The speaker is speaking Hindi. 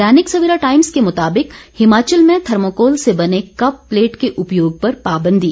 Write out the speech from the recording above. दैनिक सवेरा टाईम्स के मुताबिक हिमाचल में थर्मोकोल से बने कप प्लेट के उपयोग पर पाबंदी